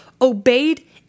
obeyed